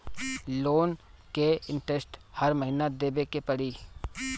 Loan के interest हर महीना देवे के पड़ी?